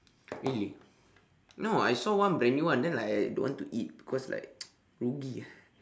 really no I saw one brand new one then like I don't want to eat cause like rugi ah